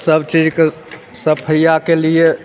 सब चीजके सफैया केलिये